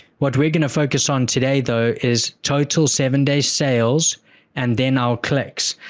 what we're going to focus on today though, is total seven days sales and then our clicks.